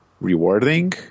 rewarding